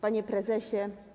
Panie Prezesie!